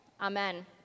Amen